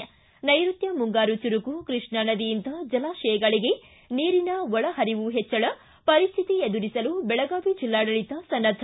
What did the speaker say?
ಿ ನೈರುತ್ತ ಮುಂಗಾರು ಚುರುಕು ಕೃಷ್ಣಾ ನದಿಯಿಂದ ಜಲಾಶಯಗಳಿಗೆ ನೀರಿನ ಒಳಹರಿವು ಹೆಚ್ಚಳ ಪರಿಶ್ರಿತಿ ಎದುರಿಸಲು ಬೆಳಗಾವಿ ಜಿಲ್ಲಾಡಳಿತ ಸನ್ನದ್ದ